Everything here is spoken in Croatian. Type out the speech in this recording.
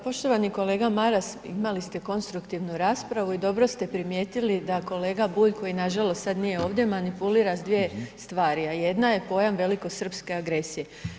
Pa poštovani kolega Maras imali ste konstruktivnu raspravu i dobro ste primijetili da kolega Bulj, koji nažalost sad nije ovdje, manipulira s dvije stvari, a jedna je pojam velikosrpske agresije.